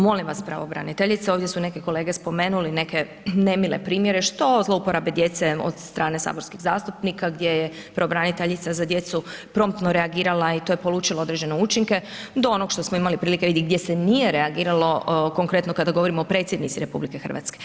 Molim vas pravobraniteljice, ovdje su neke kolege spomenuli neke nemile primjere što zlouporabe djece od strane saborskih zastupnika gdje je pravobraniteljica za djecu promptno reagirala i to je polučilo određene učinke do onog što smo imali prilike vidjeti gdje se nije reagiralo konkretno kada govorimo o predsjednici RH.